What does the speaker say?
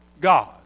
God